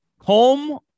Home